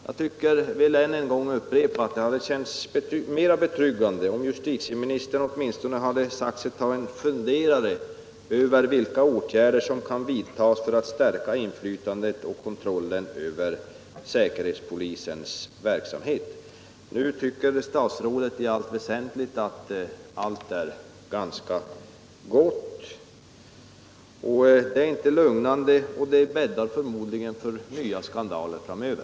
Jag vill än en gång upprepa att det hade känts mera betryggande om justitieministern åtminstone hade sagt sig vilja ta en funderare över vilka åtgärder som kan vidtas för att stärka inflytandet och kontrollen över säkerhetspolisens verksamhet. Nu tycker statsrådet i allt väsentligt att allt är ganska gott. Det är inte lugnande och bäddar förmodligen för nya skandaler framöver.